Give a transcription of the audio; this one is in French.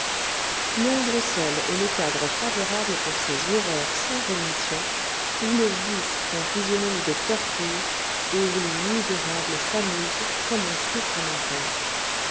londres seul est le cadre favorable pour ces horreurs sans rémission où le vice prend physionomie de torture et où les misérables s'amusent comme on souffre en enfer